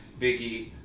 Biggie